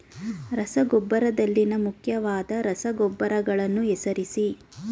ರಸಗೊಬ್ಬರದಲ್ಲಿನ ಮುಖ್ಯವಾದ ರಸಗೊಬ್ಬರಗಳನ್ನು ಹೆಸರಿಸಿ?